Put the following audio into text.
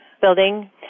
building